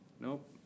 Nope